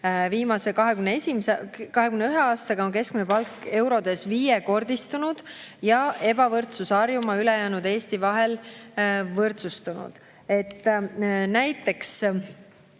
Viimase 21 aastaga on keskmine palk eurodes viiekordistunud ning ebavõrdsus Harjumaa ja ülejäänud Eesti vahel võrdsustunud. Näiteks